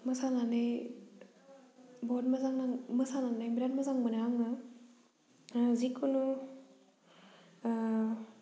मोसानानै बहुत मोजां नाङो मोसानानै बिरात मोजां मोनो आङो जिकुनु